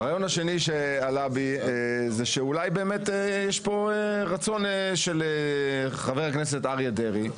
הרעיון השני שעלה בי זה שאולי באמת יש פה רצון של חבר הכנסת אריה דרעי,